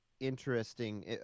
interesting –